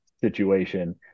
situation